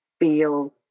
feel